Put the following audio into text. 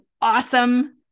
awesome